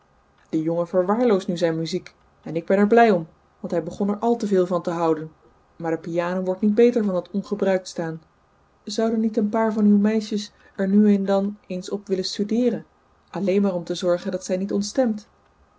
de jongen verwaarloost nu zijn muziek en ik ben er blij om want hij begon er al te veel van te houden maar de piano wordt niet beter van dat ongebruikt staan zouden niet een paar van uw meisjes er nu en dan eens op willen studeeren alleen maar om te zorgen dat zij niet ontstemt